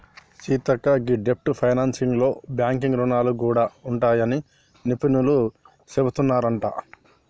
సీతక్క గీ డెబ్ట్ ఫైనాన్సింగ్ లో బాంక్ రుణాలు గూడా ఉంటాయని నిపుణులు సెబుతున్నారంట